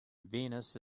venus